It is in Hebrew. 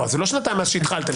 לא שנתיים מאז שהתחלתם.